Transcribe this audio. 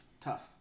Tough